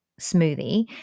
smoothie